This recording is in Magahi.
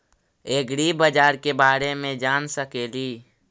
ऐग्रिबाजार के बारे मे जान सकेली?